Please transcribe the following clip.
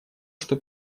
что